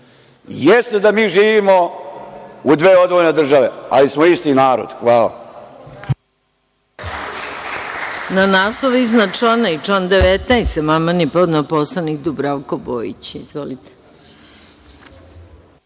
Jeste da mi živimo u dve odvojene države, ali smo isti narod. Hvala.